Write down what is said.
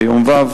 ביום ו',